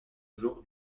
jour